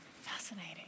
Fascinating